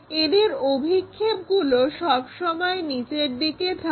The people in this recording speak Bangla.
এদের অভিক্ষেপগুলো সব সময় নিচের দিকে থাকে